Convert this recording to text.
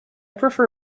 prefer